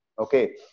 okay